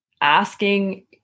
asking